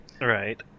Right